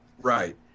Right